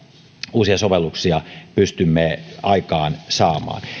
uusia sovelluksia pystymme aikaansaamaan